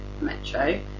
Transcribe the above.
Metro